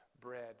bread